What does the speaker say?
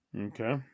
Okay